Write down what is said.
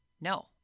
no